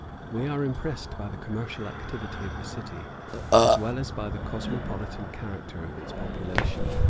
we are impressed by the commercial activity of the city as well as by the cosmopolitan character of its population.